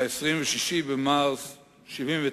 26 במרס 1979,